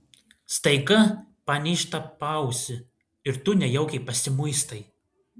staiga panyžta paausį ir tu nejaukiai pasimuistai